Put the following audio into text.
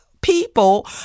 people